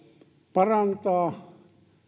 parantaa